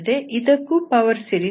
ಇದಕ್ಕೂ power series ಇದೆ